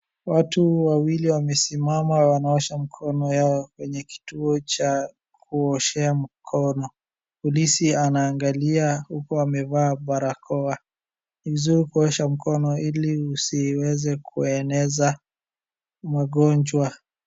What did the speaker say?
Watu wawili wamesimama wanaosha mkono yao kwenye kituo cha kuoshea mkono, polisi anaangalia huku amevaa barakoa ni vizuri kuosha mkono ili usiweze kueneza magonjwa.